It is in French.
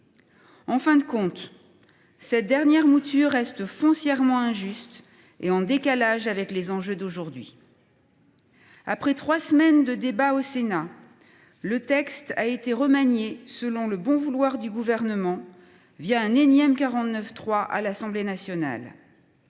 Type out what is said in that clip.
En fin de compte, cette dernière mouture reste foncièrement injuste et en décalage avec les enjeux d’aujourd’hui. Après trois semaines de débats au Sénat, le texte a été remanié selon le bon vouloir du Gouvernement, un énième 49.3 à l’Assemblée nationale.